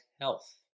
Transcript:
health